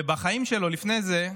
בחיים שלו לפני זה,